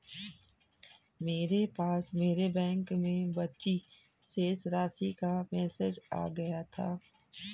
मेरे पास मेरे बैंक में बची शेष राशि का मेसेज आ गया था